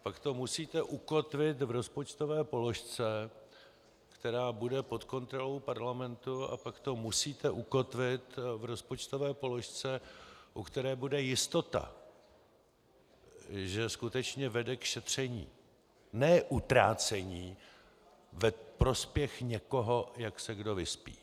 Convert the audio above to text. Pak to musíte ukotvit v rozpočtové položce, která bude pod kontrolou parlamentu, a pak to musíte ukotvit v rozpočtové položce, u které bude jistota, že skutečně vede k šetření, ne utrácení ve prospěch někoho, jak se kdo vyspí.